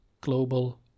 Global